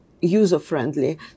user-friendly